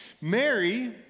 Mary